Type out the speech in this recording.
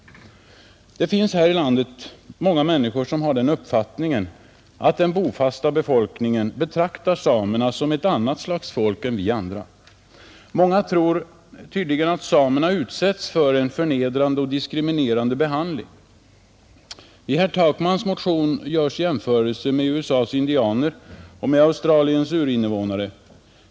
Det finns här i landet många människor som har den uppfattningen att den bofasta befolkningen betraktar samerna som ett annat slags folk än vi andra. Många tror tydligen att samerna utsätts för en förnedrande och diskriminerande behandling. I herr Takmans motion görs jämförelser med USA:s indianer och med Australiens urinvånare.